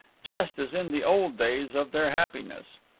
just as in the old days of their happiness.